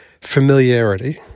familiarity